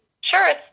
Sure